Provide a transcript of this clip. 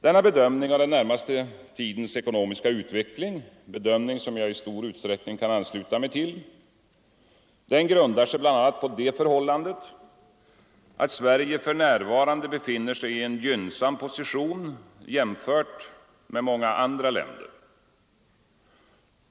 Denna bedömning av den närmaste tidens ekonomiska utveckling — en bedömning som jag i stor utsträckning kan ansluta mig till — grundar sig bl.a. på det förhållandet att Sverige för närvarande befinner sig i en gynnsam position jämfört med många andra länder.